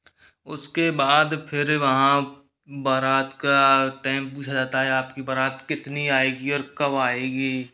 उसके बाद फिर वहाँ बारात का टाइम पूछा जाता है आपकी बारात कितनी आएगी और कब आएगी